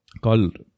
Called